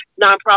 nonprofit